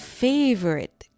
favorite